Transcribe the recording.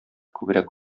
күбрәк